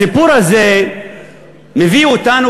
הסיפור הזה מביא אותנו,